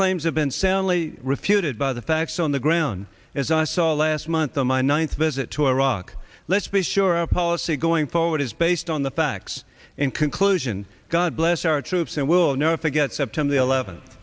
claims have been soundly refuted by the fact on the ground as i saw last month the month visit to iraq let's be sure our policy going forward is based on the facts and conclusion god bless our troops and we'll never forget september the eleventh